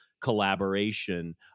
collaboration